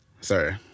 sorry